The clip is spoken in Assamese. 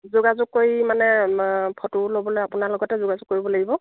যোগাযোগ কৰি মানে ফটো ল'বলৈ আপোনাৰ লগতে যোগাযোগ কৰিব লাগিব